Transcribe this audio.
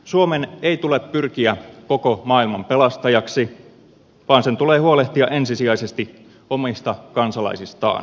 suomen ei tule pyrkiä koko maailman pelastajaksi vaan tulee huolehtia ensisijaisesti omista kansalaisistaan